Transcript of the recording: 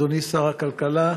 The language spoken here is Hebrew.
אדוני שר הכלכלה,